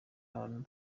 ahantu